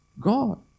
God